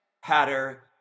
hatter